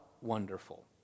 wonderful